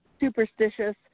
superstitious